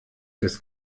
des